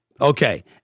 Okay